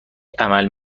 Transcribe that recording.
عمل